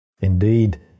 Indeed